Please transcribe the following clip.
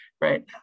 right